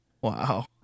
Wow